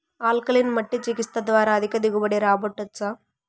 alkaline మట్టి చికిత్స ద్వారా అధిక దిగుబడి రాబట్టొచ్చా